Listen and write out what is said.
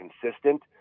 consistent